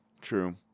True